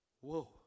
Whoa